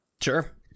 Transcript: Sure